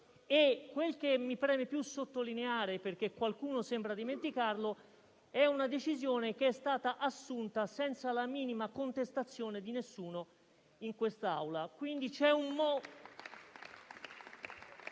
Quel che mi preme più sottolineare - perché qualcuno sembra dimenticarlo - è che si tratta di una decisione che è stata assunta senza la minima contestazione di nessuno in quest'Aula.